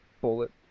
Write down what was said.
bullet